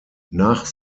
nach